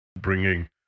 bringing